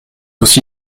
aussi